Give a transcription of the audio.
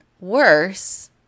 worse